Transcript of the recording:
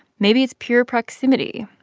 maybe it's pure proximity,